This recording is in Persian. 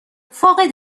فاقد